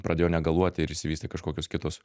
pradėjo negaluoti ir išsivystė kažkokios kitos